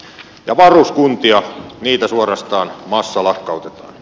ja varuskuntia niitä suorastaan massalakkautetaan